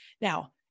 Now